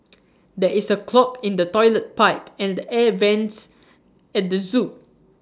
there is A clog in the Toilet Pipe and the air Vents at the Zoo